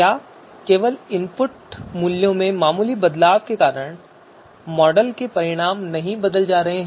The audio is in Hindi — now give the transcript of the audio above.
क्या केवल इनपुट मूल्यों में मामूली बदलाव के कारण मॉडल के परिणाम नहीं बदले जा रहे हैं